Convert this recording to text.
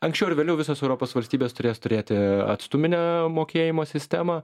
anksčiau ar vėliau visos europos valstybės turės turėti atstuminę mokėjimo sistemą